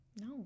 No